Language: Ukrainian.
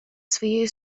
своєю